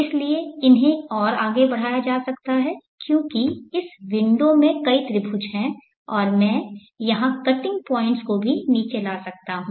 इसलिए इन्हें और आगे बढ़ाया जा सकता है क्योंकि इस विंडो में कई त्रिभुज हैं और मैं यहां कटिंग पॉइंट्स को भी नीचे ला सकता हूं